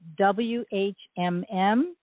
WHMM